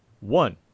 one